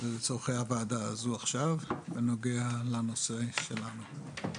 לצורכי הוועדה הזו עכשיו בנוגע לנושא שלנו.